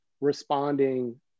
responding